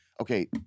okay